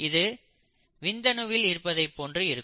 இது விந்தணுவில் இருப்பதைப் போன்று இருக்கும்